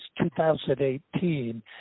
2018